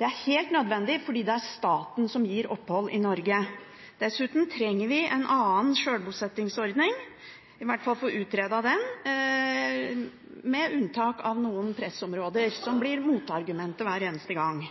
Det er helt nødvendig, fordi det er staten som gir opphold i Norge. Dessuten trenger vi en annen sjølbosettingsordning – i hvert fall å få utredet den – med unntak av noen pressområder som blir brukt som motargument hver eneste gang.